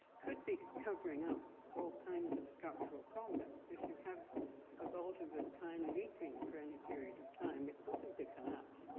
could be covering up all kinds of structural problems. if you have a vault of this kind of leaking for any period of time it will simply collapse.